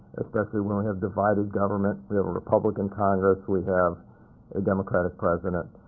especially when we have divided government. we have a republican congress, we have a democratic president.